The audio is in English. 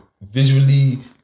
Visually